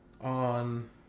on